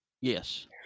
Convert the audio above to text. Yes